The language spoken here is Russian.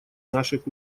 наших